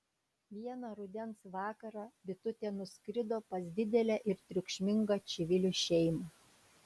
vieną rudens vakarą bitutė nuskrido pas didelę ir triukšmingą čivilių šeimą